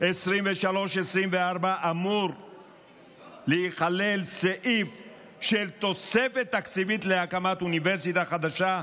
2023 ו-2024 אמור להיכלל סעיף של תוספת תקציבית להקמת אוניברסיטה חדשה,